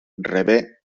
rebé